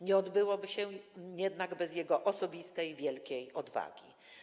Nie odbyłoby się jednak bez jego osobistej wielkiej odwagi.